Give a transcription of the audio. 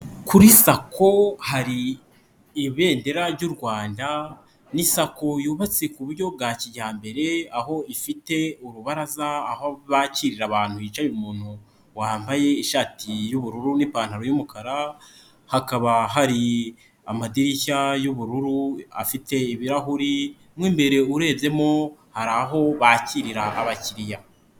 Kuri SACCO hari ibendera ry'u Rwanda, ni saco yubatse ku buryo bwa kijyambere, aho ifite urubaraza aho bakirira abantu, hicaye umuntu wambaye ishati y'ubururu n'ipantaro y'umukara, hakaba hari amadirishya y'ubururu afite ibirahuri, mo imbere urebyemo hari aho bakirira abakiriya.